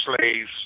slaves